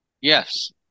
Yes